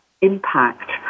impact